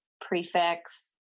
prefix